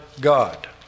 God